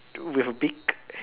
with a beak